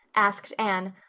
asked anne,